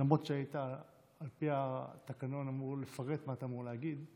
למרות שלפי התקנון היית אמור לפרט מה אתה אמור להגיד,